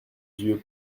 yeux